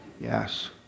Yes